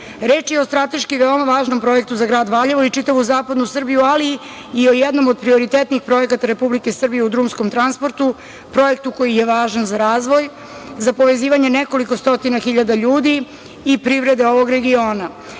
10.Reč je o strateški veoma važnom projektu za grad Valjevo i čitavu zapadnu Srbiju, ali i o jednom od prioritetnijih projekata Republike Srbije u drumskom transportu, projektu koji je važan za razvoj, za povezivanje nekoliko stotina hiljada ljudi i privrede ovog regiona,